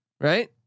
Right